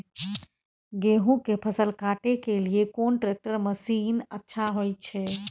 गेहूं के फसल काटे के लिए कोन ट्रैक्टर मसीन अच्छा होय छै?